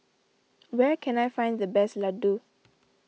where can I find the best Ladoo